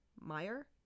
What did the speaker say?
Meyer